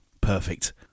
Perfect